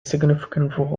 significant